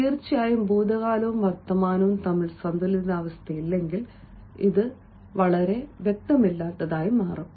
തീർച്ചയായും ഭൂതകാലവും വർത്തമാനവും തമ്മിൽ സന്തുലിതാവസ്ഥയില്ലെങ്കിൽ അത് ഇരുണ്ടതായിരിക്കും